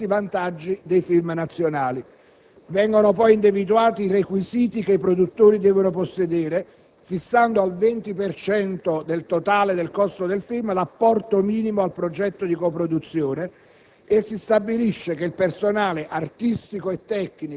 e stabilisce che ogni film coprodotto goda degli stessi vantaggi dei film nazionali. Vengono poi individuati i requisiti che i produttori devono possedere, fissando al 20 per cento del totale del costo del film l'apporto minimo al progetto di coproduzione,